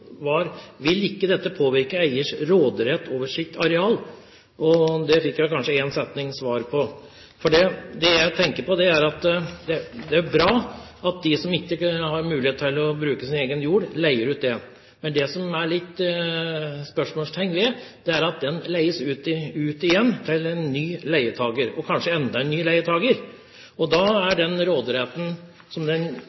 var: Vil ikke dette påvirke eiers råderett over sitt areal? Det fikk jeg kanskje svar på i en setning. Det jeg tenker på, er at det er bra at de som ikke har mulighet til å bruke sin egen jord, leier den ut. Men det som en kan sette spørsmålstegn ved, er at den leies ut igjen til en ny leietaker, og kanskje enda en ny leietaker. Da er